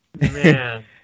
man